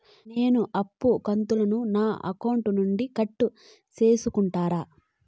నేను అప్పు కంతును నా అకౌంట్ నుండి కట్ సేసుకుంటారా?